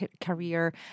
career